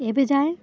ଏବେ ଯାଏ